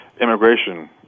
immigration